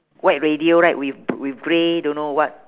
white radio right with b~ with grey don't know what